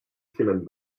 cement